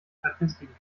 statistiken